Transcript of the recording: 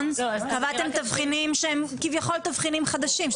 קבעתם תבחינים שהם כביכול תבחינים חדשים,